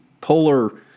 polar